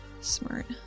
smart